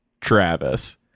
travis